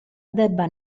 debba